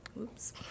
Oops